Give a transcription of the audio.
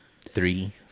Three